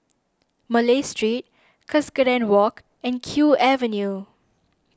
Malay Street Cuscaden Walk and Kew Avenue